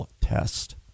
test